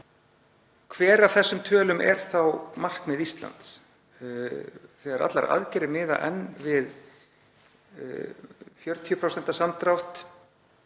Hver af þessum tölum er þá markmið Íslands? Allar aðgerðir miða enn við 40% samdrátt.